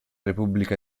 repubblica